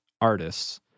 artists